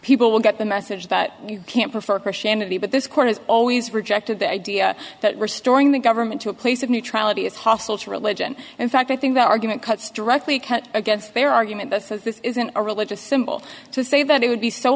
people will get the message that you can't prefer christianity but this court has always rejected the idea that restoring the government to a place of neutrality is hostile to religion in fact i think that argument cuts directly against their argument that says this isn't a religious symbol to say that it would be so